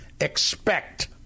expect